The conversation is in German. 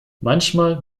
manchmal